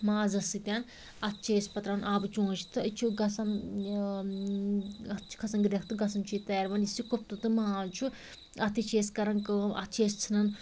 مازَس سۭتۍ اتھ چھِ أسۍ پتہٕ ترٛاوان آبہٕ چونٛچہِ تہٕ چھُ گَژھان ٲں اتھ چھِ کھَسان گرٛیٚکھ تہٕ گَژھان چھُ یہِ تیار وۄنۍ یُس یہِ کُفتہ تہٕ ماز چھُ اتھ تہِ چھِ أسۍ کران کٲم اتھ چھِ أسۍ ژھٕنان